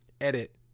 edit